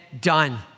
done